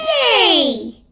yay!